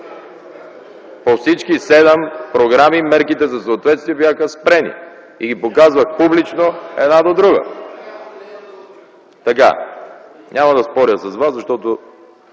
По всички седем програми мерките за съответствие бяха спрени. И ги показвах публично една до друга. (Реплики от КБ.) Няма да споря с вас, защото